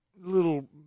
little